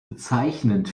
bezeichnend